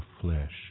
flesh